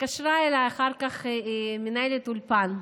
התקשרה אליי אחר כך מנהלת אולפן,